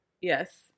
Yes